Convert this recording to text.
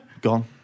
Gone